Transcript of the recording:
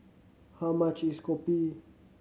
how much is kopi